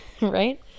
right